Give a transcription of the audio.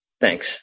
Thanks